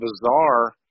bizarre